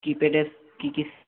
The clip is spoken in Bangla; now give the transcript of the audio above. কি প্যাডের কি কি